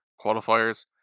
qualifiers